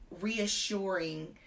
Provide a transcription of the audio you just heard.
reassuring